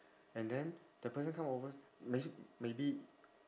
and then the person come over may~ maybe